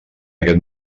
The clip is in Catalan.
aquest